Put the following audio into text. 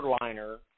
liner